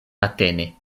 matene